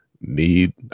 need